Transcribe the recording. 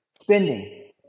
spending